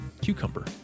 cucumber